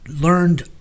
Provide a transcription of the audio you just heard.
learned